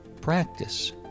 practice